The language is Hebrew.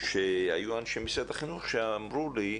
שהיו אנשי משרד החינוך שאמרו לי,